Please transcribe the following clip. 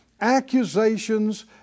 accusations